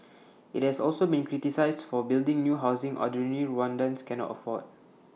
IT has also been criticised for building new housing ordinary Rwandans cannot afford